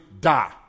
die